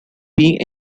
being